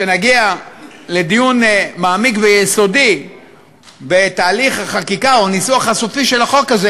כשנגיע לדיון מעמיק ויסודי בתהליך החקיקה או הניסוח הסופי של החוק הזה,